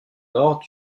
nord